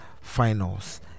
finals